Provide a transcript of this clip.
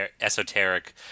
esoteric